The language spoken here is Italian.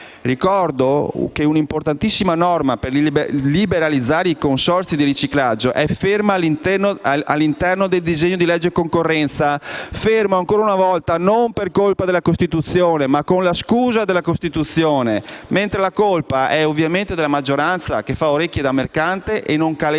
Ricordo che un'importantissima norma per liberalizzare i consorzi di riciclaggio è ferma all'interno del disegno di legge concorrenza, fermo ancora una volta non per colpa della Costituzione, ma con la scusa della Costituzione, mentre la colpa è ovviamente della maggioranza che fa orecchie da mercante e non calendarizza